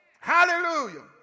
Hallelujah